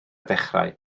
dechrau